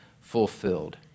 fulfilled